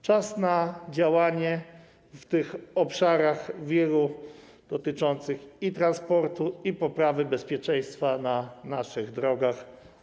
Czas na działanie w wielu tych obszarach dotyczących i transportu, i poprawy bezpieczeństwa na naszych drogach.